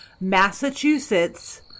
Massachusetts